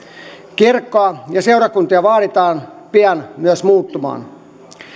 kirkkoa ja seurakuntia vaaditaan pian myös muuttumaan